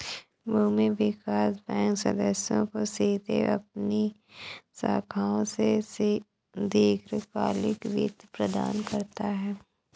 भूमि विकास बैंक सदस्यों को सीधे अपनी शाखाओं से दीर्घकालिक वित्त प्रदान करता है